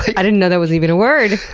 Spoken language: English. i didn't know that was even a word!